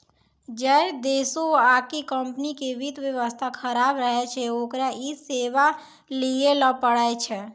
जै देशो आकि कम्पनी के वित्त व्यवस्था खराब रहै छै ओकरा इ सेबा लैये ल पड़ै छै